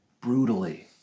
brutally